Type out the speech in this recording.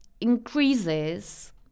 increases